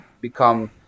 become